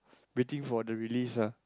waiting for the release ah